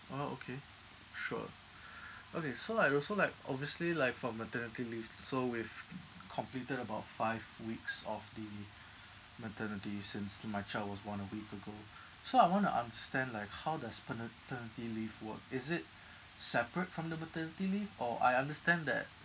orh okay sure okay so I'd also like obviously like for maternity leave so we've completed about five weeks of the maternity since my child was born a week ago so I want to understand like how does paternity leave work is it separate from the maternity leave or I understand that